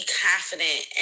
confident